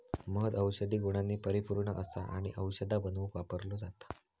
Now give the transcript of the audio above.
मध औषधी गुणांनी परिपुर्ण असा आणि औषधा बनवुक वापरलो जाता